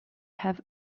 have